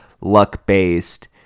luck-based